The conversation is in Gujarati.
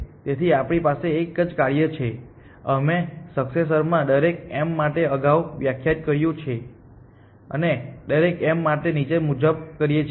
તેથી આપણી પાસે એક જ કાર્ય છે અમે સકસેસરમાં દરેક m માટે અગાઉ વ્યાખ્યાયિત કર્યું છે અને દરેક એમ માટે અમે નીચે મુજબ કરીએ છીએ